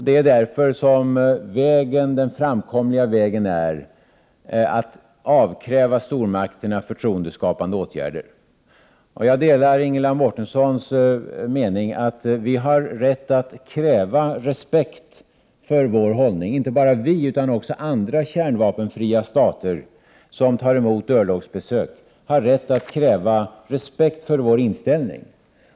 Det är därför den framkomliga vägen är att avkräva stormakterna förtroendeskapande åtgärder. Jag delar Ingela Mårtenssons mening att vi har rätt att kräva respekt för vår hållning. Inte bara vi, utan också andra kärnvapenfria stater som tar emot örlogsbesök, har rätt att kräva respekt för sin inställning.